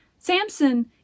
Samson